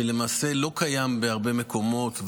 שלמעשה לא קיים בהרבה מקומות,